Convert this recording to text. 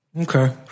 Okay